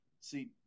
See